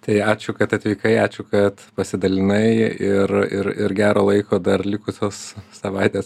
tai ačiū kad atvykai ačiū kad pasidalinai ir ir ir gero laiko dar likusios savaitės